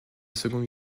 seconde